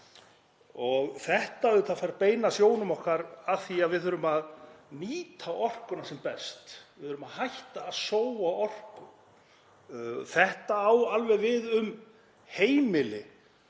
Þetta á auðvitað að beina sjónum okkar að því að við þurfum að nýta orkuna sem best. Við verðum að hætta að sóa orku. Þetta á alveg við um heimili